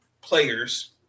players